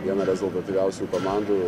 viena rezultatyviausių komandų